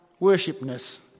worshipness